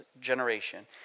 generation